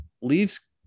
Leaves